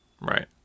Right